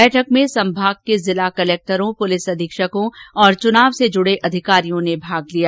बैठक में संभाग के जिला कलेक्टर पुलिस अधीक्षक और चुनाव से जुड़े अधिकारियों ने भाग लिया